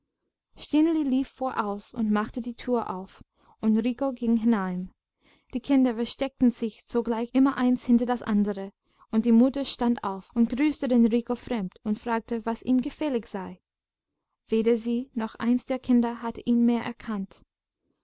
lief voraus und machte die tür auf und rico ging hinein die kinder versteckten sich sogleich immer eins hinter das andere und die mutter stand auf und grüßte den rico fremd und fragte was ihm gefällig sei weder sie noch eins der kinder hatte ihn mehr erkannt